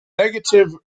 negative